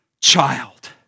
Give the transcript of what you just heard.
child